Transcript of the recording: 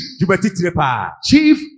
Chief